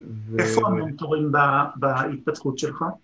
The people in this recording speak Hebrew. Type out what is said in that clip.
‫איפה המנטורים בהתפתחות שלך?